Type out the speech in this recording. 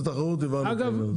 אגב,